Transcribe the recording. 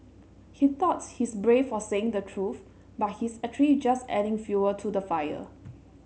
he thought he's brave for saying the truth but he's actually just adding fuel to the fire